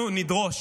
אנחנו נדרוש